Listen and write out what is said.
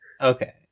Okay